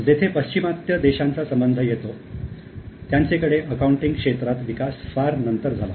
जेथे पाश्चिमात्य देशांचा संबंध येतो त्यांचे कडे अकाउंटिंग क्षेत्रात विकास फार नंतर झाला